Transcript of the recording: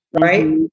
right